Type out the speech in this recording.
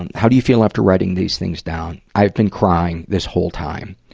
and how do you feel after writing these things down? i have been crying this whole time.